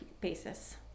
basis